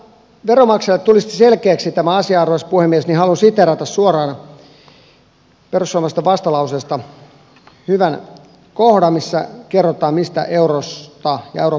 jotta veronmaksajille tulisi selkeäksi tämä asia arvoisa puhemies niin haluan siteerata suoraan perussuomalaisten vastalauseesta hyvän kohdan missä kerrotaan mistä eurossa ja euron pelastamisessa on kysymys